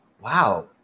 wow